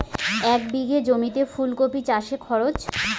এক বিঘে জমিতে ফুলকপি চাষে খরচ?